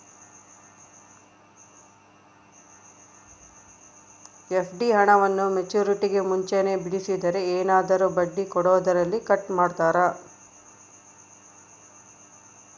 FD ಹಣವನ್ನು ಮೆಚ್ಯೂರಿಟಿಗೂ ಮುಂಚೆನೇ ಬಿಡಿಸಿದರೆ ಏನಾದರೂ ಬಡ್ಡಿ ಕೊಡೋದರಲ್ಲಿ ಕಟ್ ಮಾಡ್ತೇರಾ?